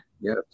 Yes